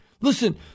Listen